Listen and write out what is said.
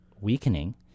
weakening